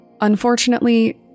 Unfortunately